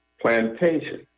plantation